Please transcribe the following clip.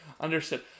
Understood